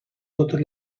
totes